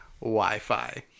Wi-Fi